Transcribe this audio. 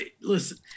listen